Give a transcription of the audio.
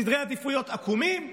סדרי עדיפויות עקומים,